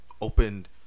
opened